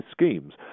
schemes